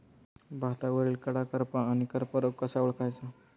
भातावरील कडा करपा आणि करपा रोग कसा ओळखायचा?